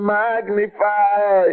magnify